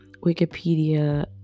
Wikipedia